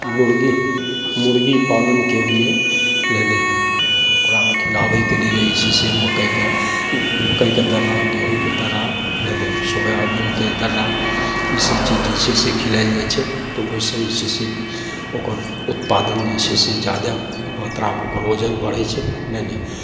मुर्गी मुर्गी पालनके लिये नइ नइ ओकरा खिलाबयके लिये जे छै से मकइके मकइके दर्रा गेहूँके दर्रा भेलय सोयाबीनके दर्रा ई सब चीज जे छै से खिलाओल जाइ छै तऽ ओइसँ जे छै से ओकर उत्पादन जे छै से जादा मात्रामे ओकर वजन बढ़य छै नइ नइ